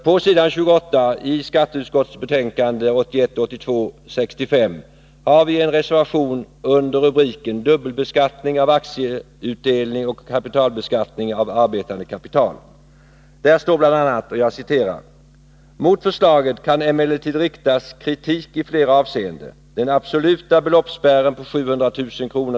På s. 28 i skatteutskottets betänkande 1981/82:65 har vi en reservation under rubriken Dubbelbeskattning av aktieutdelning och kapitalbeskattning av arbetande kapital, där det står bl.a.: ”Mot förslaget kan emellertid riktas kritik i flera avseenden. Den absoluta beloppspärren på 700000 kr.